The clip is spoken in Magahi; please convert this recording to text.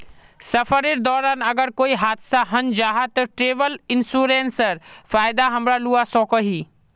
सफरेर दौरान अगर कोए हादसा हन जाहा ते ट्रेवल इन्सुरेंसर फायदा हमरा लुआ सकोही